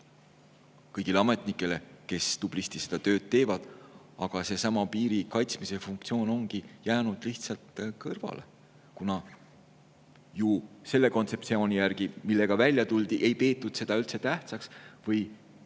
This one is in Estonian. kõigile ametnikele, kes seda tööd tublisti teevad. Aga seesama piiri kaitsmise funktsioon on jäänud lihtsalt kõrvale, kuna selle kontseptsiooni järgi, millega välja tuldi, ei peetud seda üldse tähtsaks või